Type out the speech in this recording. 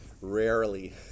rarely